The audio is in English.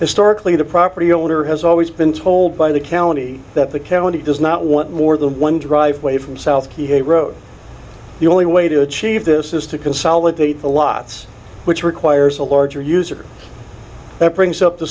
historically the property owner has always been told by the county that the county does not want more than one driveway from south keep a road the only way to achieve this is to consolidate the lots which requires a larger user that brings up the